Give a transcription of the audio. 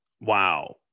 Wow